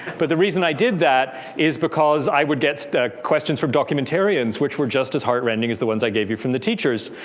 but the reason i did that is because i would so questions from documentarians which were just as heart-rending as the ones i gave you from the teachers.